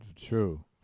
True